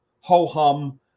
ho-hum